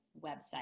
website